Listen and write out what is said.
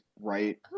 right